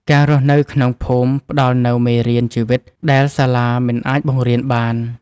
ការរស់នៅក្នុងភូមិផ្ដល់នូវមេរៀនជីវិតដែលសាលាមិនអាចបង្រៀនបាន។